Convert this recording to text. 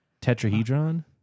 Tetrahedron